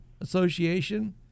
association